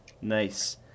nice